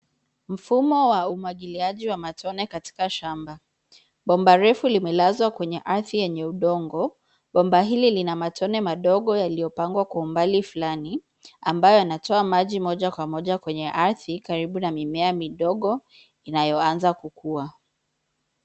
Mfumo wa umwagiliaji wa matone katika shamba. Bomba refu limelazwa kwenye ardhi yenye udongo. Bomba hili lina matone madogo yaliyopangwa kwa umbali fulani ambayo yanatoa maji moja kwa moja kwenye ardhi karibu na mimea midogo inayoanza kukua.